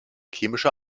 chemische